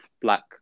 black